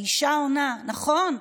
האישה עונה: נכון,